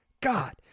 God